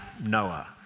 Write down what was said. Noah